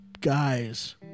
guys